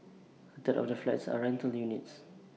A third of the flats are rental units